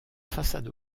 façade